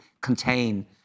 contain